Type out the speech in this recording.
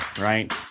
right